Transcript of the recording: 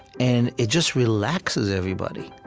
and it just relaxes everybody.